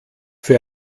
für